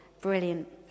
brilliant